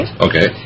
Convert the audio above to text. Okay